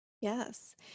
Yes